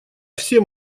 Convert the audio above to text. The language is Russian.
все